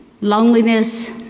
loneliness